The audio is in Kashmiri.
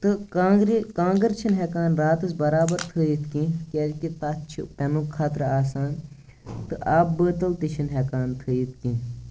تہٕ کانٛگرِ کانٛگٕر چھِنہٕ ہیٚکان راتَس برابر تھٲیِتھ کیٚنٛہہ کیٛازِکہِ تَتھ چھِ پیٚنُک خطرٕ آسان تہٕ آبہٕ بٲتَل تہِ چھِنہٕ ہیٚکان تھٲیِتھ کیٚنٛہہ